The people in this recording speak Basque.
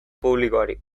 publikoari